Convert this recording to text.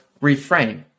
reframe